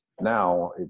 Now